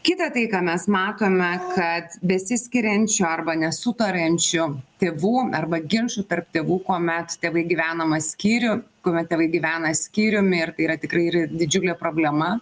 kita tai ką mes matome kad besiskiriančių arba nesutariančių tėvų arba ginčų tarp tėvų kuomet tėvai gyvenama skyriu kuomet tėvai gyvena skyriumi ir tai yra tikrai ir didžiulė problema